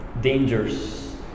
dangers